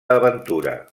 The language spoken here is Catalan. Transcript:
aventura